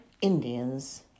Indians